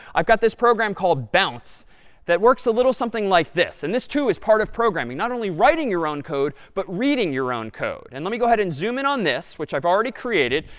i've got this program called bounce that works a little something like this. and this, too, is part of programming. not only writing your own code, but reading your own code. and let me go ahead and zoom in on this, which i've already created,